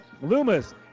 loomis